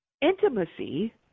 intimacy